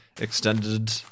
extended